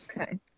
Okay